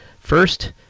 first